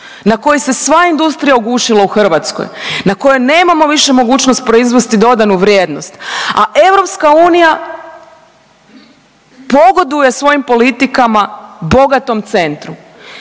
na koji se sva industrija ugušila u Hrvatskoj, na koje nemamo više mogućnost proizvesti dodanu vrijednost, a EU pogoduje svojim politikama bogatom centru.